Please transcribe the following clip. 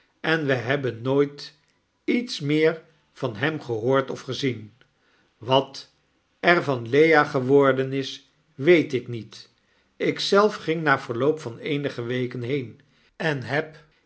en wy hebben nooit iets meer van hem gehoord of gezien wat er van lea geworden is weet ik niet ik zelf gingna verloop van eenige weken heen en heb